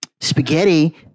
Spaghetti